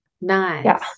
nice